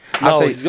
No